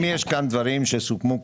אם יש כאן דברים שסוכמו קודם,